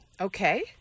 Okay